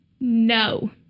No